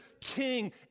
king